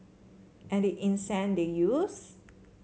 and the incense they used